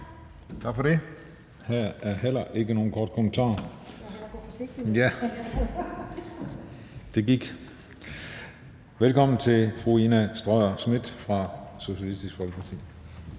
Tak for det. Her er der heller ikke nogen korte bemærkninger. Velkommen til fru Ina Strøjer-Schmidt fra Socialistisk Folkeparti.